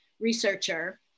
researcher